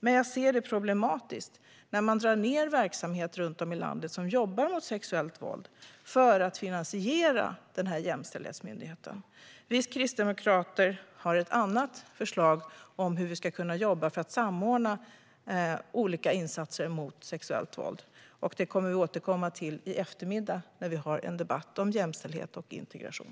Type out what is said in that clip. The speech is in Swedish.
Men jag ser det som problematiskt när man för att finansiera denna jämställdhetsmyndighet drar ned på verksamhet runt om i landet som jobbar mot sexuellt våld. Vi kristdemokrater har ett annat förslag om hur vi ska kunna jobba för att samordna olika insatser mot sexuellt våld. Det kommer vi att återkomma till i eftermiddag, när vi har en debatt om jämställdhet och integration.